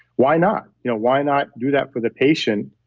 why not? you know why not do that for the patient?